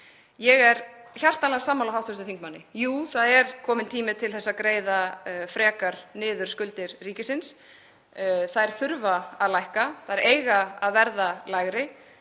Ég er hjartanlega sammála hv. þingmanni. Jú, það er kominn tími til þess að greiða frekar niður skuldir ríkisins. Þær þurfa að lækka, þær eiga að verða lægri.